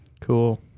Cool